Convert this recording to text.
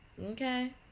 Okay